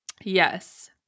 Yes